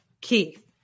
Keith